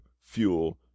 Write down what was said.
fuel